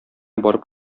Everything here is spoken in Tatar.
барып